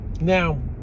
Now